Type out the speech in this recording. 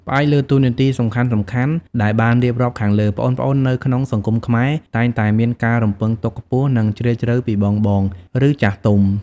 ផ្អែកលើតួនាទីសំខាន់ៗដែលបានរៀបរាប់ខាងលើ ប្អូនៗនៅក្នុងសង្គមខ្មែរតែងតែមានការរំពឹងទុកខ្ពស់ និងជ្រាលជ្រៅពីបងៗ ឬចាស់ទុំ។